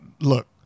look